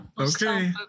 okay